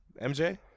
MJ